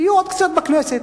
תהיו עוד קצת בכנסת.